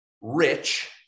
rich